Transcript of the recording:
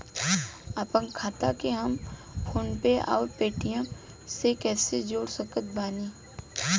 आपनखाता के हम फोनपे आउर पेटीएम से कैसे जोड़ सकत बानी?